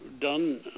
done